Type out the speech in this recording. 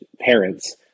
parents